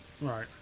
Right